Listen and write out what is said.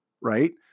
right